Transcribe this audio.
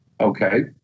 Okay